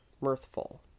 mirthful